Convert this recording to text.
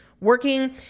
working